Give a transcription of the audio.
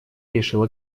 решила